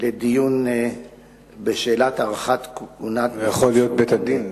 לדיון בשאלת הארכת כהונת נציב שירות המדינה.